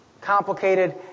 complicated